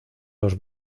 los